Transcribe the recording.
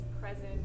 present